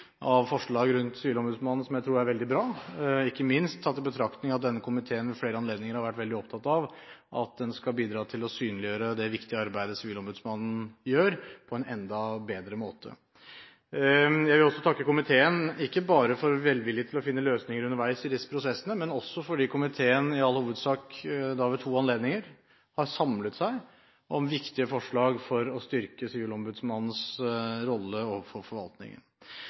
av forslag rundt Sivilombudsmannen, som jeg tror er veldig bra, ikke minst tatt i betraktning at denne komiteen ved flere anledninger har vært veldig opptatt av at den skal bidra til å synliggjøre det viktige arbeidet Sivilombudsmannen gjør, på en enda bedre måte. Jeg vil også takke komiteen, ikke bare for velvilje til å finne løsninger underveis i disse prosessene, men også fordi komiteen – i all hovedsak – ved to anledninger har samlet seg om viktige forslag for å styrke Sivilombudsmannens rolle overfor forvaltningen.